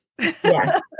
Yes